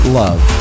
love